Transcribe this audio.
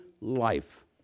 life